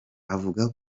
avuga